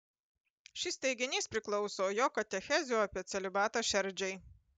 šis teiginys priklauso jo katechezių apie celibatą šerdžiai